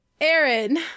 Aaron